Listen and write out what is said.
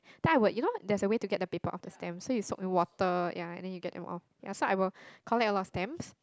then I would you know there a way to get the paper off the stamp so you soak with water ya and then you get in off so I will collect a lot of stamps